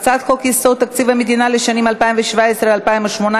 הצעת חוק-יסוד: תקציב המדינה לשנים 2017 ו-2018